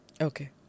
Okay